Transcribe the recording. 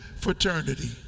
fraternity